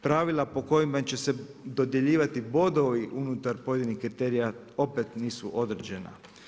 Pravila po kojima će se dodjeljivati bodovi unutar pojedinih kriterija opet nisu određena.